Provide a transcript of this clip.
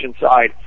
side